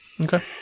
Okay